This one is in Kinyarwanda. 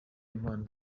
impano